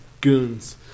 goons